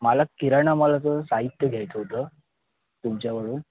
मला किराणा मालाचं साहित्य घ्यायचं होतं तुमच्याकडून